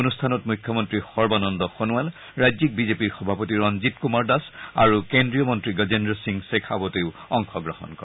অনুষ্ঠানত মুখ্যমন্ত্ৰী সৰ্বানন্দ সোনোৱাল ৰাজ্যিক বিজেপিৰ সভাপতি ৰঞ্জিত কুমাৰ দাস আৰু কেন্দ্ৰীয় মন্ত্ৰী গজেন্দ্ৰ সিং চেখাৱটেও অংশগ্ৰহণ কৰে